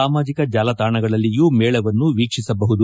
ಸಾಮಾಜಕ ಜಾಲತಾಣಗಳಲ್ಲಿಯೂ ಮೇಳವನ್ನು ವೀಕ್ಷಿಸಬಹುದು